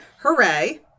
Hooray